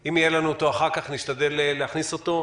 אם יהיה לנו אותו אחר כך נשתדל להכניס אותו.